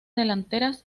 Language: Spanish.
delanteras